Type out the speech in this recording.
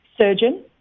surgeon